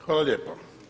Hvala lijepo.